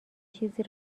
چیزی